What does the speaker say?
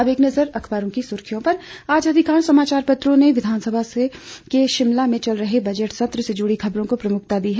अब एक नजर अखबारों की सुर्खियों पर आज अधिकांश समाचार पत्रों ने विधानसभा के शिमला में चल रहे बजट सत्र से जुड़ी खबरों को प्रमुखता दी है